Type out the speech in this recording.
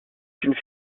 une